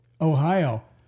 Ohio